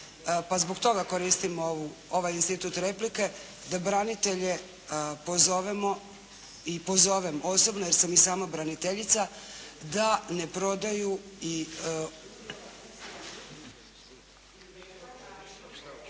pa zbog toga koristim ovaj institut replike da branitelje pozovemo i pozovem osobno jer sam i sama braniteljica da ne prodaju i